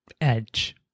edge